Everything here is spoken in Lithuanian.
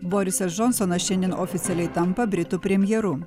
borisas džonsonas šiandien oficialiai tampa britų premjeru